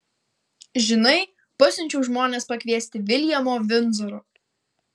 žinai pasiunčiau žmones pakviesti viljamo vindzoro